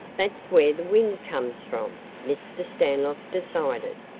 that's where the wind comes from, mr. stanlock decided.